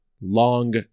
long